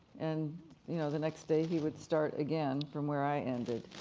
and you know the next day he would start again from where i ended.